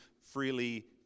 freely